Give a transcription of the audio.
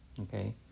Okay